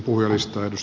herra puhemies